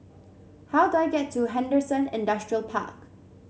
how do I get to Henderson Industrial Park